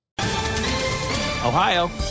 Ohio